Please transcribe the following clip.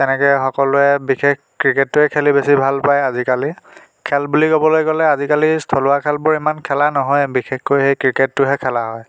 তেনেকে সকলোৱে বিশেষ ক্ৰিকেটটোৱে খেলি বেছি ভাল পায় আজিকালি খেল বুলি ক'বলৈ গ'লে আজিকালি স্থলুৱা খেলবোৰ ইমান খেলা নহয়েই বিশেষকৈ সেই ক্ৰিকেটটোহে খেলা হয়